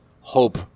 hope